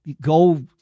go